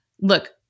look